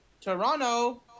Toronto